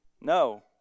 No